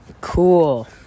Cool